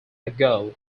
ago